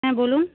হ্যাঁ বলুন